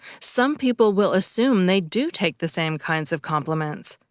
some people will assume they do take the same kinds of complements,